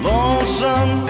Lonesome